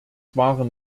waren